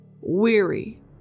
weary